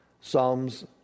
Psalms